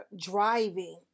driving